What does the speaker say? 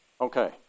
Okay